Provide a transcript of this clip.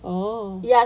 oh